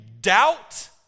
doubt